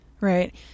Right